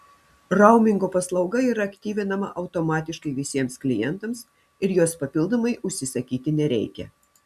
raumingo paslauga yra aktyvinama automatiškai visiems klientams ir jos papildomai užsisakyti nereikia